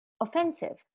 offensive